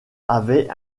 avait